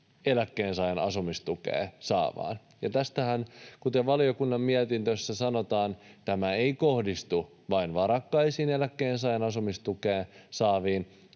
eläkkeensaajan asumistukea saavaan. Kuten valiokunnan mietinnössä sanotaan, tämähän ei kohdistu vain varakkaisiin eläkkeensaajan asumistukea saaviin,